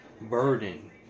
burden